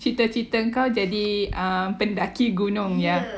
cita-cita kau jadi pendaki gunung ya